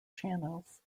channels